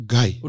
Guy